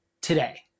today